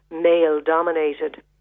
male-dominated